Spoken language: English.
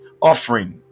offering